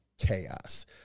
chaos